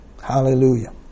Hallelujah